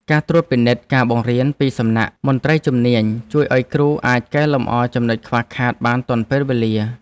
ការត្រួតពិនិត្យការបង្រៀនពីសំណាក់មន្ត្រីជំនាញជួយឱ្យគ្រូអាចកែលម្អចំណុចខ្វះខាតបានទាន់ពេលវេលា។